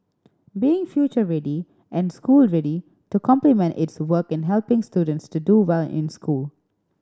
being future ready and school ready to complement its work in helping students to do well in school